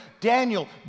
Daniel